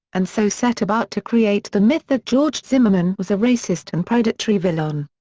and so set about to create the myth that george zimmerman was a racist and predatory villain.